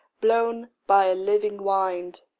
blown by a living wind.